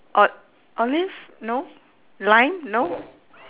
o~ olive no lime no